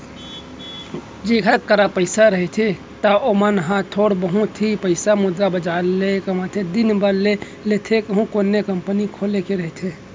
जेखर करा पइसा रहिथे त ओमन ह थोर बहुत ही पइसा मुद्रा बजार ले कमती दिन बर ले लेथे कहूं कोनो कंपनी खोले के रहिथे ता